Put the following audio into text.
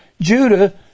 Judah